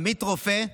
עמית רופא,